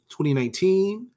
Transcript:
2019